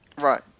Right